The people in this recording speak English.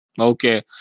Okay